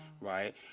right